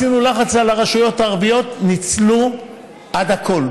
הפעלנו לחץ על הרשויות הערביות, ניצלו את הכול.